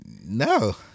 No